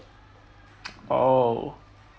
oh